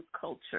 Culture